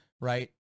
right